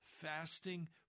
fasting